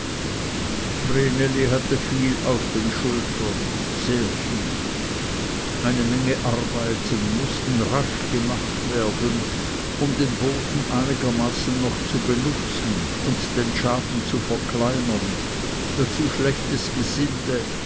hatte viel auf den schultern sehr viel eine menge arbeiten mußten rasch gemacht werden um den boden einigermaßen noch zu benutzen und den schaden zu verkleinern dazu schlechtes gesinde